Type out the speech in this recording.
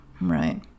Right